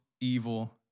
evil